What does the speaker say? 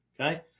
okay